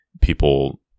people